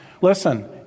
Listen